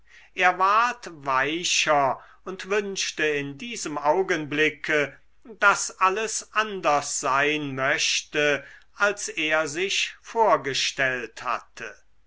er ward weicher und wünschte in diesem augenblicke daß alles anders sein möchte als er sich vorgestellt hatte